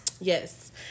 yes